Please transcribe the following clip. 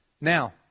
Now